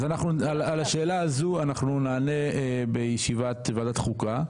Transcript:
על השאלה הזו אנחנו נענה בישיבת ועדת החוקה.